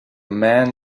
men